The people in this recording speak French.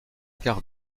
quart